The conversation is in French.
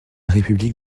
république